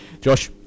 Josh